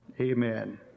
Amen